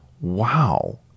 wow